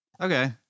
Okay